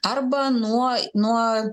arba nuo nuo